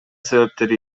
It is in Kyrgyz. себептери